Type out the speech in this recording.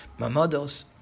Mamados